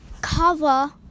cover